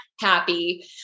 happy